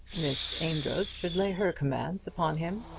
miss amedroz should lay her commands upon him,